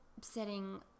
setting